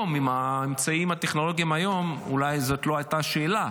עם האמצעים הטכנולוגיים היום אולי זאת לא הייתה שאלה,